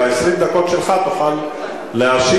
ב-20 הדקות שלך תוכל להשיב,